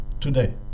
today